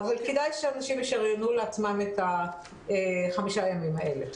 אבל כדאי שאנשים ישריינו לעצמם את החמישה ימים האלה.